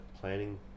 planning